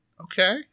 Okay